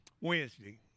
Wednesday